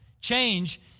Change